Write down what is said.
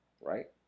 right